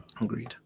agreed